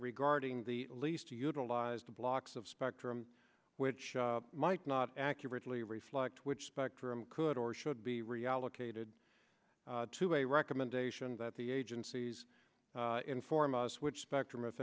regarding the lease to utilize the blocks of spectrum which might not accurately reflect which spectrum could or should be reallocated to a recommendation that the agencies inform us which spectrum if